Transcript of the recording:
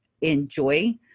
enjoy